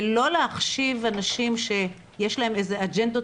ולא להחשיב אנשים שיש להם איזה אג'נדות